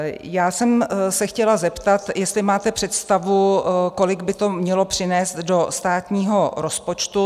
Já jsem se chtěla zeptat, jestli máte představu, kolik by to mělo přinést do státního rozpočtu?